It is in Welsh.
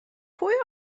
pwy